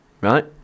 Right